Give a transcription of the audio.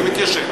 זה מתיישן.